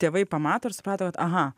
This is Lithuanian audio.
tėvai pamato ir suprato kad aha